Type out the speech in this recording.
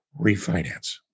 refinance